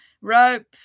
rope